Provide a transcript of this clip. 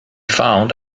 found